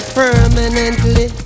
permanently